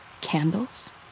candles